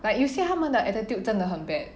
like 有些他们的 attitude 真的很 bad